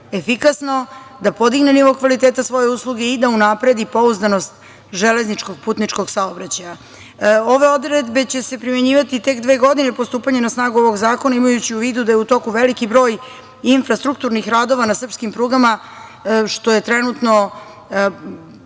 da podigne nivo kvaliteta svoje usluge i da unapredi pouzdanost železničkog putničkog saobraćaja. Ove odredbe će se primenjivati tek dve godine po stupanju na snagu ovog zakona, imajući u vidu da je u toku veliki broj infrastrukturnih radova na srpskim prugama, što je trenutno